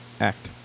act